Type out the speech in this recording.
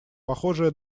похожее